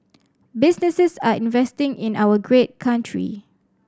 businesses are investing in our great country